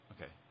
Okay